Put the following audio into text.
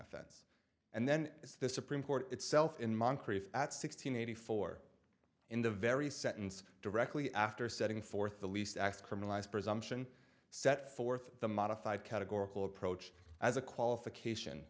offense and then the supreme court itself in moncrief at sixteen eighty four in the very sentence directly after setting forth the least as criminalize presumption set forth the modified categorical approach as a qualification